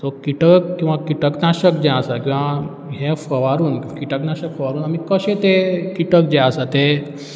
so किटक किंवा किटक नाशक जें आसा किंवां हें फवारून किटक नाशक फवारून आमी कशें तें किटक जे आसा ते